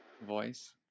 voice